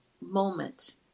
moment